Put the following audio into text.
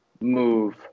move